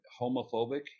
homophobic